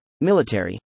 military